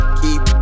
keep